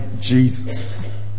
Jesus